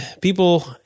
people